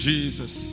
Jesus